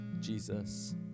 Jesus